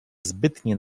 zbytnie